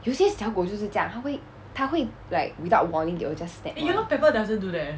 有些小狗就是这样它会它会 like without warning they will just snap [one]